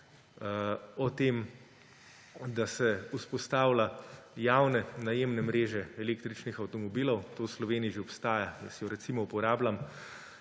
o tem, da se vzpostavlja javne najemne mreže električnih avtomobilov. To v Sloveniji že obstaja – jaz jo, recimo, uporabljam